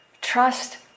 Trust